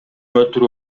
өлтүрүү